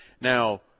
Now